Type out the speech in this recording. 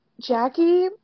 Jackie